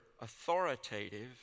authoritative